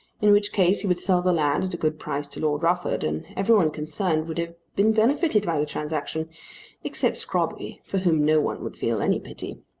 in which case he would sell the land at a good price to lord rufford and every one concerned would have been benefited by the transaction except scrobby for whom no one would feel any pity.